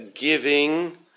giving